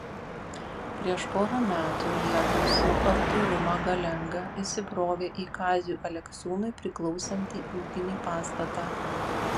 prieš porą metų jiedu su artūru magalenga įsibrovė į kaziui aleksiūnui priklausantį ūkinį pastatą